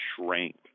shrank